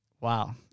Wow